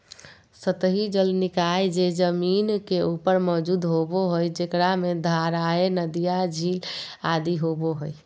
सतही जल निकाय जे जमीन के ऊपर मौजूद होबो हइ, जेकरा में धाराएँ, नदियाँ, झील आदि होबो हइ